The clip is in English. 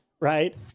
right